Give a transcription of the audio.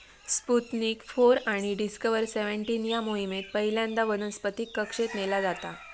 Sputnik four आणि Discover seventeen या मोहिमेत पहिल्यांदा वनस्पतीक कक्षेत नेला जाता